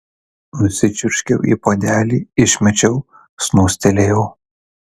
nusičiurškiau į puodelį išmečiau snūstelėjau